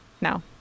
No